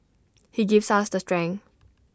he gives us the strength